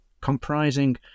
comprising